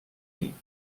ایم